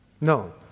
No